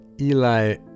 Eli